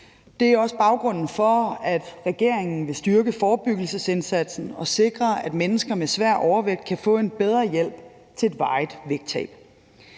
Det er også baggrunden for, at regeringen vil styrke forebyggelsesindsatsen og sikre, at mennesker med svær overvægt kan få en bedre hjælp til et varigt vægttab.